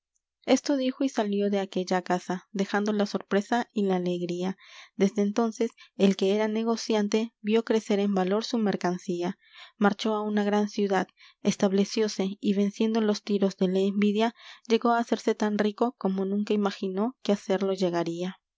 esto dijo y salió de aquella casa dejando la sorpresa y la alegría desde entonces el que era negociante vió crecer en valor su mercancía marchó á una gran ciudad establecióse y venciendo los tiros de la envidia llegó á hacerse tan rico como nunca imaginó que á serlo llegaría